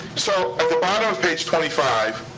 so at the bottom of page twenty five,